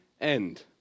end